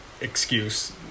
excuse